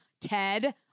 Ted